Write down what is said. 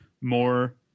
more